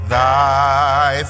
thy